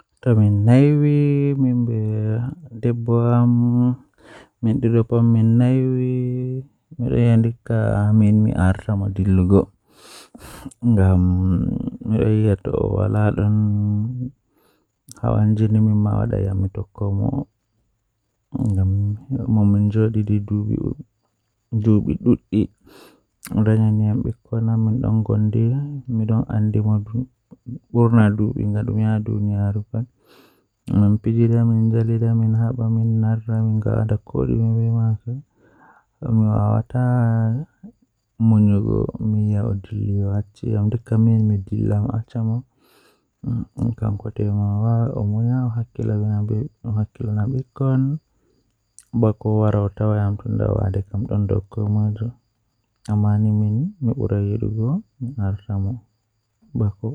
No aheftirta zaane ɗon woodi E nder waawde e art, ɓuri ko waɗde no anndon e yaajol. Ko ɗum waawi heɓugol sabu, ngoodi e konngol, e teddungal kaɗi waɗde e kadi yawre. Fii art ko ƴettude, no wondi ɗum tawde, e jeyɗi hay goonga e yimɓe.